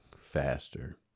faster